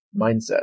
mindset